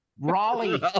Raleigh